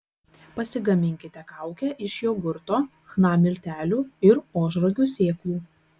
pasigaminkite kaukę iš jogurto chna miltelių ir ožragių sėklų